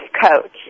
coach